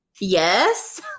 yes